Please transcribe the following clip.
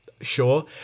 sure